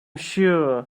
sure